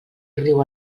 riu